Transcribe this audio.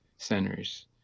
centers